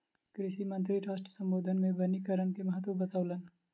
कृषि मंत्री राष्ट्र सम्बोधन मे वनीकरण के महत्त्व बतौलैन